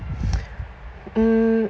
mm